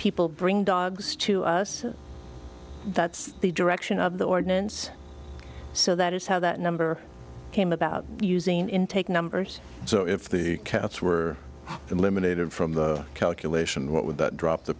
people bring dogs to us that's the direction of the ordinance so that is how that number came about using intake numbers so if the cats were eliminated from the calculation what would that drop the